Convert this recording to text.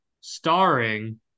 starring